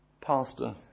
Pastor